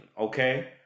okay